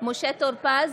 משה טור פז,